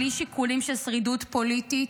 בלי שיקולים של שרידות פוליטית,